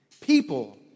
people